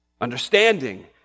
Understanding